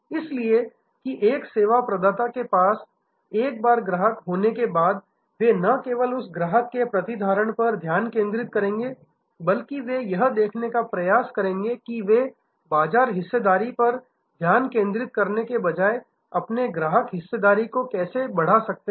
इसलिए कि एक सेवा प्रदाता के पास एक बार ग्राहक होने के बाद वे न केवल उस ग्राहक के प्रतिधारण पर ध्यान केंद्रित करेंगे बल्कि वे यह देखने का प्रयास करेंगे कि वे बाजार हिस्सेदारी पर ध्यान केंद्रित करने के बजाय अपने ग्राहक हिस्सेदारी को कैसे बढ़ा सकते हैं